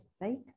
right